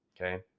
Okay